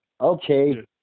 Okay